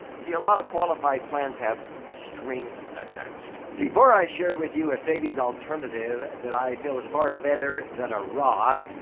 see, a lot of qualified plans have strings attached. before i share with you a savings alternative that i feel is far better than a roth,